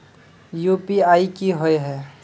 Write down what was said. UPI की होय है?